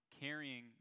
carrying